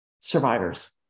survivors